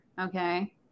Okay